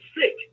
sick